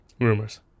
Rumors